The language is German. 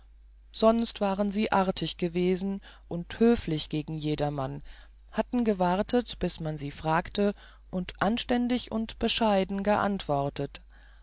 sonst waren sie artig gewesen und höflich gegen jedermann hatten gewartet bis man sie fragte und anständig und bescheiden geantwortet